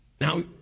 now